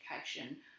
education